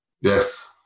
Yes